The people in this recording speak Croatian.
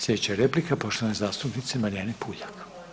Sljedeća replika poštovane zastupnice Marijane Puljak.